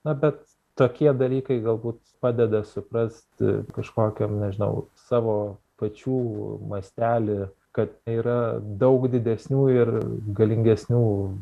na bet tokie dalykai galbūt padeda suprasti kažkokio nežinau savo pačių mastelį kad yra daug didesnių ir galingesnių